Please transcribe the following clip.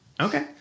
Okay